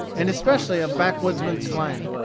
and especially of backwoodman's slang.